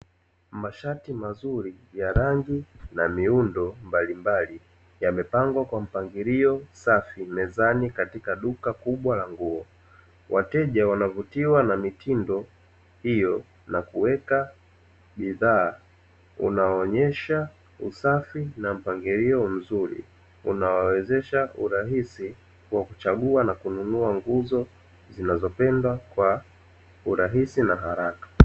Mashati mazuri ya rangi na miundo mbalimbali, yamepangwa kwa mpangilio safi mezani katika duka kubwa la nguo. Wateja wanavutiwa na mitindo hiyo na kuweka bidhaa unaonyesha usafi na mpangilio mzuri unaowezesha urahisi wa kuchagua na kununua nguo zinazopendwa kwa urahisi na haraka.